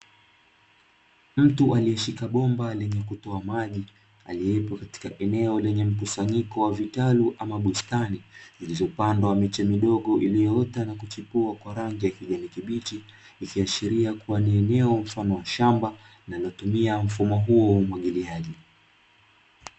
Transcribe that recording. Mtu alieshika bomba leye kutoa maji, aliepo katika eneo lenye mkusanyiko wa vitalu ama bustani zilizopandwa miche midogo iliyoota na kuchipua kwa rangi ya kijani kibichi. Ikiashiria kuwa ni eneo mfano wa shamba linalotumia mfumo huo wa umwagiliaji.